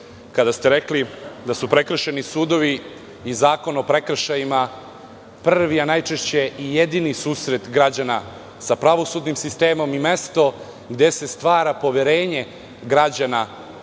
kada ste rekli da su prekršajni sudovi i Zakon o prekršajima prvi a najčešće i jedini susret građana sa pravosudnim sistemom i mesto gde se stvara poverenje građana